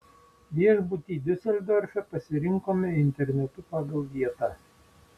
viešbutį diuseldorfe pasirinkome internetu pagal vietą